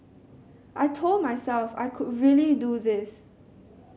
I told myself I could really do this